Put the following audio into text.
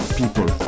people